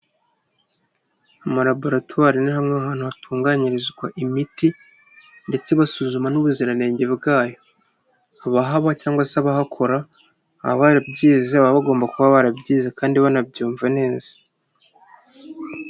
Amalaburatwari ni hamwe mu hantu hatunganyirizwa imiti, ndetse basuzuma n'ubuziranenge bwayo, abahaba cyangwa se abahakora, baba bagomba kuba barabyize kandi banabyumva neza.